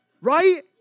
Right